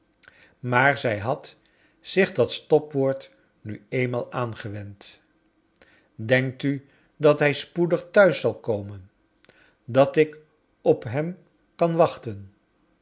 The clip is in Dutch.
maar zij had zich dat stopwoord nu eenmaal aangewend denkt u dat hij spoedig thuis zal komen dat ik op hem kan wachten